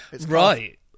Right